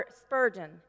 Spurgeon